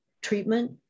treatment